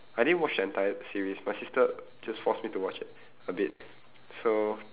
I didn't watch the entire series my sister just forced me to watch it a bit so